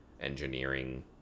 engineering